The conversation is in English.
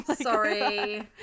Sorry